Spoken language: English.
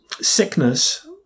sickness